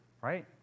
right